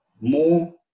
more